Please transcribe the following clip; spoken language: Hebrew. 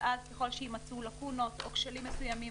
ואז ככל שיימצאו לקונות או כשלים מסוימים